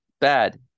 bad